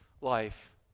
life